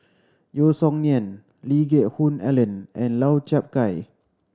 Yeo Song Nian Lee Geck Hoon Ellen and Lau Chiap Khai